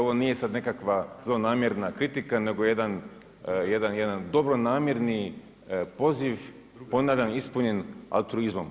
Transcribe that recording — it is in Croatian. Ovo nije sada nekakva zlonamjerna kritika nego jedan dobronamjerni poziv, ponavljam ispunjen altruizmom.